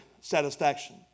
satisfaction